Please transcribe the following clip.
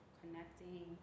connecting